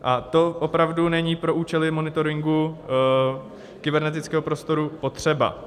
A to opravdu není pro účely monitoringu kybernetického prostoru potřeba.